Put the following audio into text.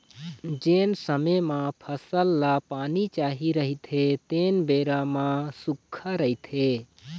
जेन समे म फसल ल पानी चाही रहिथे तेन बेरा म सुक्खा रहिथे